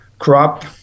crop